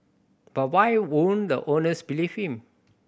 but why wouldn't the owners believe him